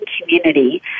community